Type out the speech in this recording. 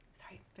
Sorry